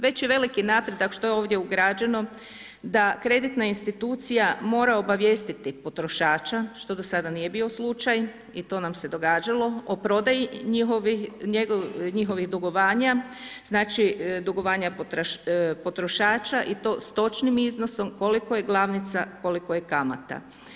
Već je veliki napredak što je ovdje ugrađeno da kreditna institucija mora obavijestiti potrošača što do sada nije bio slučaj i to nam se događalo o prodaji njihovih dugovanja, znači dugovanja potrošača i to s točnim iznosom koliko je glavnica, koliko je kamata.